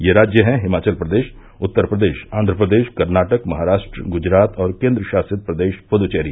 ये राज्य हैं हिमाचल प्रदेश उत्तर प्रदेश आंध्र प्रदेश कर्नाटक महाराष्ट्र गुजरात और केंद्रशासित प्रदेश पुदुचेरी